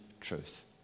truth